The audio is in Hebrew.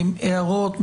הערות?